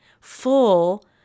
full